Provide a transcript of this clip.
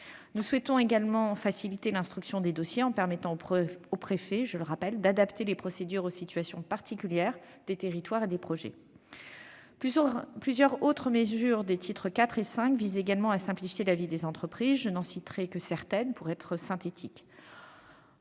Nous souhaitons également faciliter l'instruction des dossiers en permettant aux préfets d'adapter les procédures aux situations particulières des territoires et des projets. Plusieurs autres mesures des titres IV et V visent également à simplifier la vie des entreprises. Je n'en citerai que certaines. En réponse